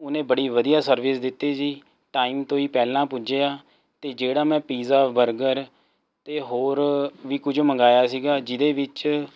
ਉਹਨੇ ਬੜੀ ਵਧੀਆ ਸਰਵਿਸ ਦਿੱਤੀ ਜੀ ਟਾਈਮ ਤੋਂ ਹੀ ਪਹਿਲਾਂ ਪੁੱਜਿਆ ਅਤੇ ਜਿਹੜਾ ਮੈਂ ਪੀਜ਼ਾ ਬਰਗਰ ਅਤੇ ਹੋਰ ਵੀ ਕੁਝ ਮੰਗਾਇਆ ਸੀਗਾ ਜਿਹਦੇ ਵਿੱਚ